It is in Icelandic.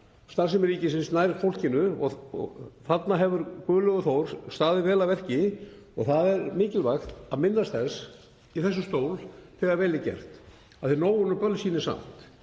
starfsemi ríkisins nær fólkinu, og þarna hefur Guðlaugur Þór staðið vel að verki og það er mikilvægt að minnast þess í þessum stól þegar vel er gert, því að nóg er nú bölsýnin samt,